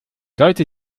sollte